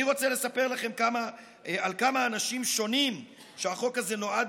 אני רוצה לספר לכם על כמה אנשים שונים שהחוק הזה נועד,